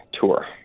tour